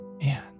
Man